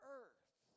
earth